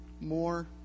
more